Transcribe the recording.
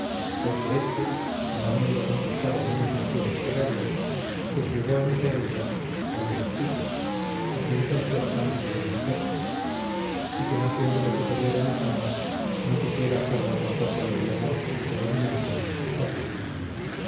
pues que éste no habiendo conquistado menos naciones que darío subyugó entre ellas a los escitas a quienes el persa no pudo vencer y que no siéndole superior en hazañas no quisiera serlo tampoco en el honor y preeminencia de las estatuas